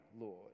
Lord